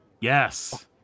yes